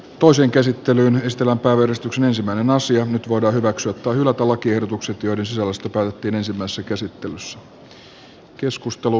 toisen käsittelyn estämään päivystyksen ensimmäinen nyt voidaan hyväksyä tai hylätä lakiehdotukset joiden sisällöstä päätettiin ensimmäisessä käsittelyssä